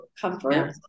comfort